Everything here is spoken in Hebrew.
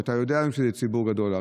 ואתה יודע שהוא ציבור גדול,